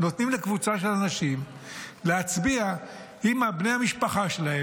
נותנים לקבוצה של אנשים להצביע אם בני המשפחה שלהם